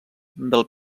del